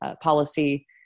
policy